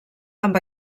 amb